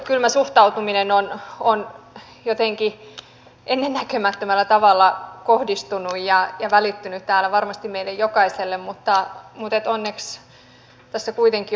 kylmä suhtautuminen on jotenkin ennennäkemättömällä tavalla kohdistunut ja välittynyt täällä varmasti meille jokaiselle mutta onneksi tässä kuitenkin on jotain